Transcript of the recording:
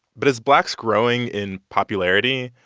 but as black's growing in popularity,